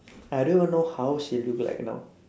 I don't even know how she look like now